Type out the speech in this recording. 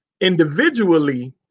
individually